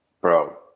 bro